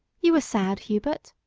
you are sad, hubert.